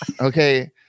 Okay